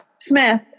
smith